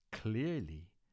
Clearly